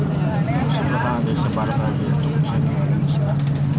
ಕೃಷಿ ಪ್ರಧಾನ ದೇಶ ಭಾರತ ಹಾಗಾಗಿ ಹೆಚ್ಚ ಕೃಷಿಯನ್ನೆ ಅವಲಂಬಿಸಿದೆ